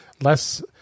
less